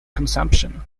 consumption